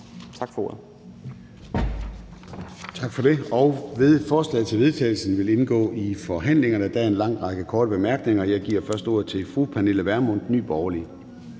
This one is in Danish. Tak for ordet.